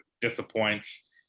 disappoints